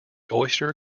oyster